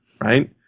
right